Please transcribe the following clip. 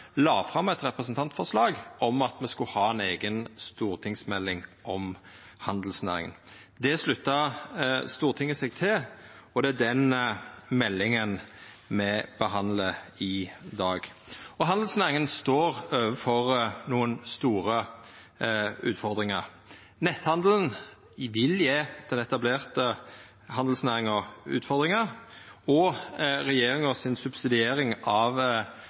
la fram eit representantforslag om at me skulle ha ei eiga stortingsmelding om handelsnæringa. Det slutta Stortinget seg til, og det er den meldinga me behandlar i dag. Handelsnæringa står overfor nokre store utfordringar. Netthandelen vil gje den etablerte handelsnæringa utfordringar, og regjeringas subsidiering av